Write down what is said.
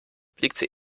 blickte